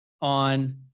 on